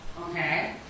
Okay